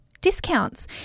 Discounts